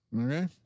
okay